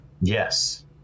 yes